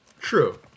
True